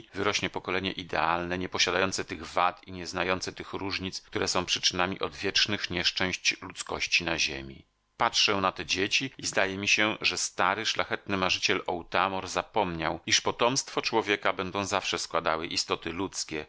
wyrośnie pokolenie idealne nieposiadające tych wad i nieznające tych różnic które są przyczyną odwiecznych nieszczęść ludzkości na ziemi patrzę na te dzieci i zdaje mi się że stary szlachetny marzyciel otamor zapomniał iż potomstwo człowieka będą zawsze składały istoty ludzkie